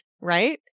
Right